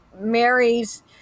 Mary's